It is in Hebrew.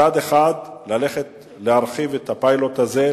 מצד אחד להרחיב את הפיילוט הזה,